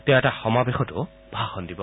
তেওঁ এটা সমাৱেশতো ভাষণ দিব